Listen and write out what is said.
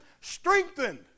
strengthened